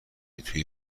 توی